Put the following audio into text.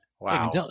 Wow